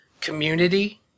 community